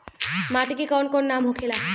माटी के कौन कौन नाम होखे ला?